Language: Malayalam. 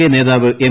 കെ നേതാവ് എം